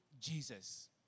Jesus